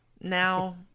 now